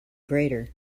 greater